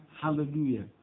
Hallelujah